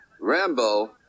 Rambo